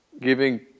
giving